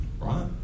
right